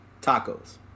tacos